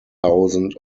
thousand